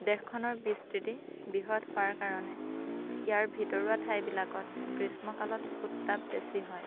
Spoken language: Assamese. দেশখনৰ বিস্তৃতি বৃহৎ হোৱাৰ কাৰণে ইয়াৰ ভিতৰুৱা ঠাইবিলাকত গ্ৰীষ্মকালত উত্তাপ বেছি হয়